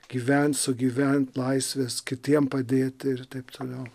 gyvent sugyvent laisvės kitiem padėt ir taip toliau